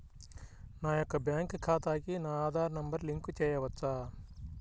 నా యొక్క బ్యాంక్ ఖాతాకి నా ఆధార్ నంబర్ లింక్ చేయవచ్చా?